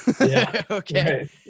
Okay